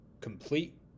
complete